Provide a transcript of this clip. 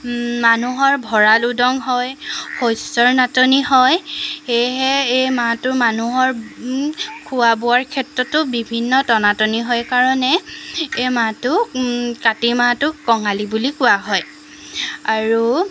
মানুহৰ ভঁৰাল উদং হয় শস্যৰ নাটনি হয় সেয়েহে এই মাহটো মানুহৰ খোৱা বোৱাৰ ক্ষেত্ৰতো বিভিন্ন টনাটনি হয় কাৰণে এই মাহটোক কাতি মাহটোক কঙালী বুলি কোৱা হয় আৰু